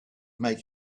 make